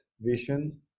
vision